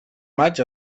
matx